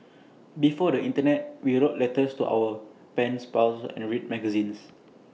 before the Internet we wrote letters to our pens pals and read magazines